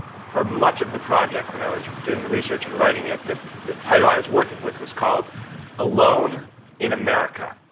for much of the project, when i was doing the research and writing it, the the title i was working with was called alone in america.